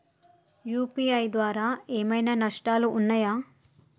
UPI ద్వారా ఏమైనా నష్టాలు ఉన్నయా?